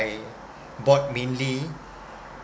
bought mainly